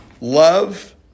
Love